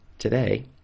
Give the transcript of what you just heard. today